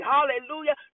Hallelujah